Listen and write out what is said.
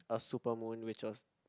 a super moon which was